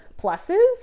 pluses